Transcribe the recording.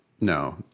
No